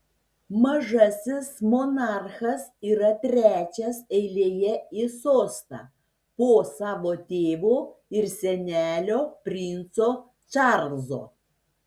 mažasis monarchas yra trečias eilėje į sostą po savo tėvo ir senelio princo čarlzo